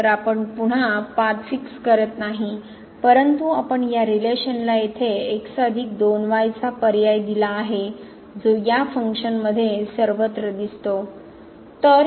तर आपण पुन्हा पाथ फिक्स करीत नाही परंतु आपण या रिलेशनला येथे अधिक 2 चा पर्याय दिला आहे जो या फंक्शनमध्ये सर्वत्र दिसतो